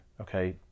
okay